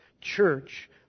Church